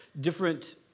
different